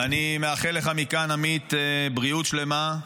ואני מאחל לך מכאן, עמית, בריאות שלמה.